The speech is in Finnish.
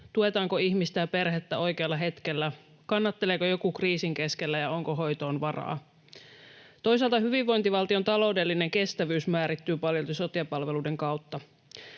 Tuetaanko ihmistä ja perhettä oikealla hetkellä? Kannatteleeko joku kriisin keskellä, ja onko hoitoon varaa? Toisaalta hyvinvointivaltion taloudellinen kestävyys määrittyy paljolti sote-palveluiden kautta: